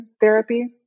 therapy